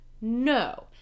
No